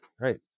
right